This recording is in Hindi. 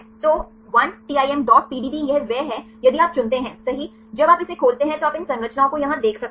तो 1timpdb यह वह है यदि आप चुनते हैं सही जब आप इसे खोलते हैं तो आप इन संरचना को यहाँ देख सकते हैं